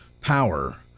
power